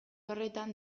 horretan